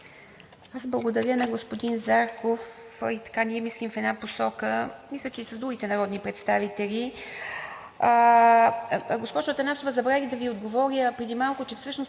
Благодаря на господин Зарков. Ние мислим в една посока, мисля, че и с другите народни представители. Госпожо Атанасова, забравих да Ви отговоря преди малко, че всъщност